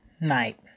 night